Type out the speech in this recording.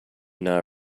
not